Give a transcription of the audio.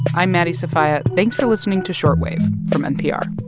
i'm maddie sofia. thanks for listening to short wave from npr